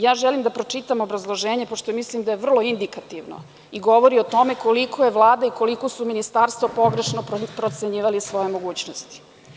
Ja želim da pročitam obrazloženje, pošto mislim da je vrlo indikativno i govori o tome koliko je Vlada i koliko su ministarstva pogrešno procenjivali svoje mogućnosti.